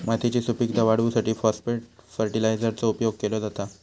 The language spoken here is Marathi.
मातयेची सुपीकता वाढवूसाठी फाॅस्फेट फर्टीलायझरचो उपयोग केलो जाता